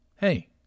hey